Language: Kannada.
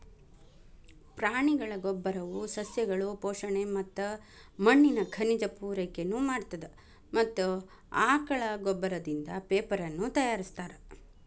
ಪ್ರಾಣಿಗಳ ಗೋಬ್ಬರವು ಸಸ್ಯಗಳು ಪೋಷಣೆ ಮತ್ತ ಮಣ್ಣಿನ ಖನಿಜ ಪೂರೈಕೆನು ಮಾಡತ್ತದ ಮತ್ತ ಆಕಳ ಗೋಬ್ಬರದಿಂದ ಪೇಪರನು ತಯಾರಿಸ್ತಾರ